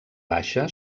baixa